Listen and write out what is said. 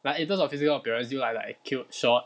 like in terms of physical appearance do you like like cute short